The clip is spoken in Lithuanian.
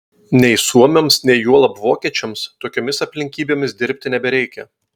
nei suomiams nei juolab vokiečiams tokiomis aplinkybėmis dirbti nebereikia